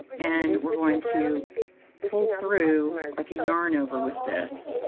and we're going to pull through like a yarn over with this